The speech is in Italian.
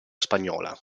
spagnola